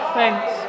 Thanks